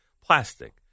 plastic